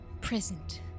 present